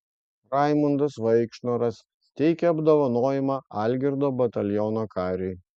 raimundas vaikšnoras teikia apdovanojimą algirdo bataliono kariui